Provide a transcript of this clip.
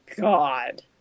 God